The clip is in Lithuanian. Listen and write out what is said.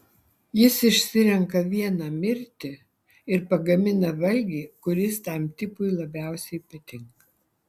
jis išsirenka vieną mirti ir pagamina valgį kuris tam tipui labiausiai patinka